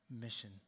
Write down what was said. mission